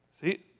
See